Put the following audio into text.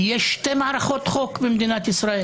יש שתי מערכות חוק במדינת ישראל